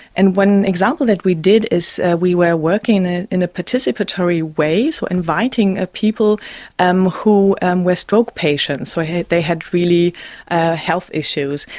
and one example that we did is we were working in a participatory way, so inviting people and who and were stroke patients, so they had really health issues,